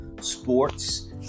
sports